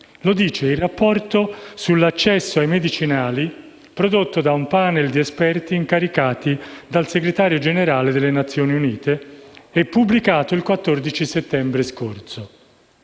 nel Rapporto sull'accesso ai medicinali, prodotto da un *panel* di esperti incaricati dal Segretario generale delle Nazioni Unite e pubblicato il 14 settembre scorso.